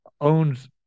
owns